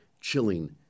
chilling